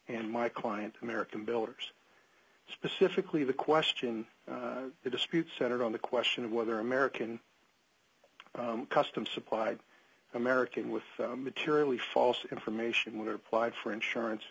and my client american builders specifically the question the dispute centered on the question of whether american custom supplied american with materially false information when applied for insurance